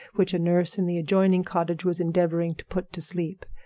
which a nurse in the adjoining cottage was endeavoring to put to sleep.